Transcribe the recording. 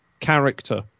character